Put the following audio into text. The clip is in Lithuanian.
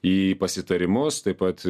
į pasitarimus taip pat